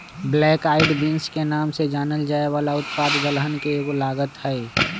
black eyed beans के नाम से जानल जाये वाला उत्पाद दलहन के एगो लागत हई